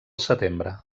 setembre